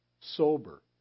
sober